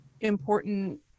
important